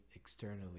externally